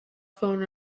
phone